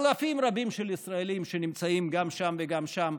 אלפים רבים של ישראלים נמצאים גם שם וגם שם.